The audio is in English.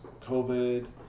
COVID